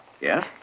Yes